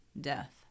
death